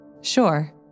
sure